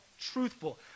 Truthful